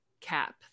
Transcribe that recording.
cap